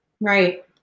Right